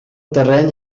terreny